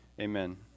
Amen